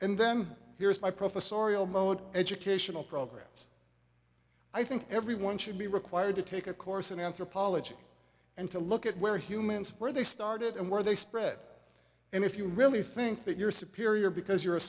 and then here's my professorial mode educational programs i think everyone should be required to take a course in anthropology and to look at where humans where they started and where they spread and if you really think that you're superior because you're a